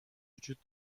وجود